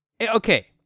okay